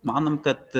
manom kad